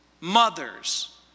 mothers